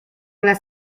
las